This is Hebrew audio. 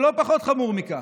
ולא פחות חמור מכך,